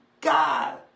god